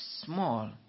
small